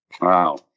Wow